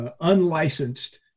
unlicensed